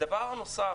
ודבר נוסף,